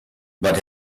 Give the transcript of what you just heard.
but